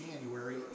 January